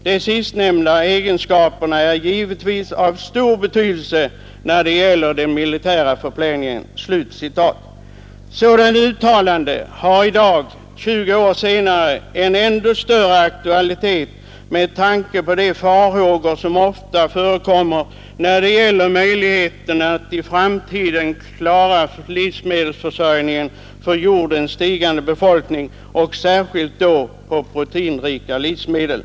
Dessa sistnämnda egenskaper har givetvis särskilt stor betydelse, när det gäller den militära förplägnaden.” Sådana uttalanden har i dag, 20 år senare, ännu större aktualitet med tanke på de farhågor som ofta förekommer när det gäller möjligheten att i framtiden klara livsmedelsförsörjningen för jordens stigande befolkning, särskilt då i fråga om proteinrika livsmedel.